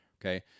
okay